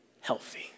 healthy